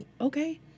okay